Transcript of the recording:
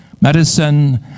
Medicine